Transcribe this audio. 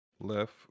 left